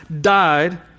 died